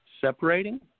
separating